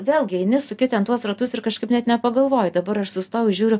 vėlgi eini suki ten tuos ratus ir kažkaip net nepagalvoji dabar aš sustojau žiūriu